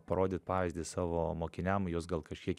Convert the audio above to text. parodyt pavyzdį savo mokiniam juos gal kažkiek